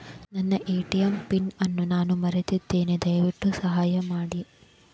ನನ್ನ ATM PIN ಅನ್ನು ನಾನು ಮರೆತಿದ್ದೇನೆ, ದಯವಿಟ್ಟು ಸಹಾಯ ಮಾಡಿ